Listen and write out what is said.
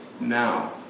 now